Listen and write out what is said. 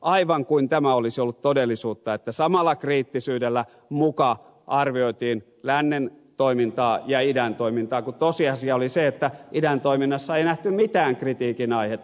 aivan kuin tämä olisi ollut todellisuutta että samalla kriittisyydellä muka arvioitiin lännen toimintaa ja idän toimintaa kun tosiasia oli se että idän toiminnassa ei nähty mitään kritiikin aihetta